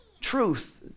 truth